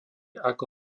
ako